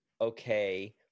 okay